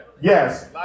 Yes